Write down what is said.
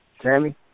Tammy